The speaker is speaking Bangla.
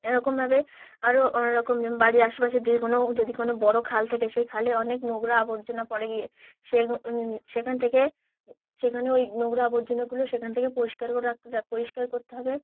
এরকমভাবে আরও অ রকম যে বাড়ির আশেপাশের যে কোনো যদি কোনো বড়ো খাল থাকে সেই খালে অনেক নোংরা আবর্জনা পড়ে গিয়ে সে সেখান থেকে সেখানে ওই নোংরা আবর্জনাগুলো সেখান থেকে পরিষ্কার রাখতে পরিষ্কার করতে হবে